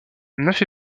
neuf